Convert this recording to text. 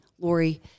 Lori